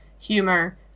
humor